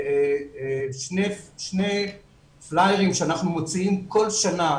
שני פלאיירים שאנחנו מוציאים בכל שנה,